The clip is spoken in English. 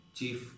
Chief